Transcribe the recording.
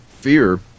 fear